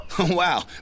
Wow